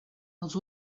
els